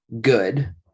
good